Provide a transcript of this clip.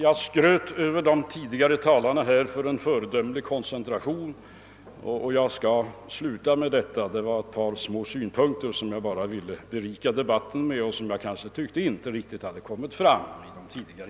Jag berömde de föregående talarnas koncentration, och jag skall sluta nu. Jag ville bara framföra ett par synpunkter som kunde berika debatten och som jag tyckte inte kommit fram tidigare.